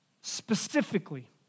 specifically